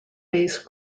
based